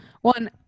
one